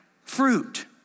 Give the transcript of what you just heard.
fruit